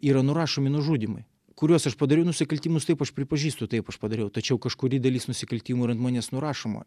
yra nurašomi nužudymai kuriuos aš padariau nusikaltimus taip aš pripažįstu taip aš padariau tačiau kažkuri dalis nusikaltimų yra ant manęs nurašoma